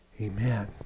amen